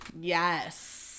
Yes